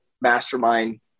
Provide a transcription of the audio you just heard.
mastermind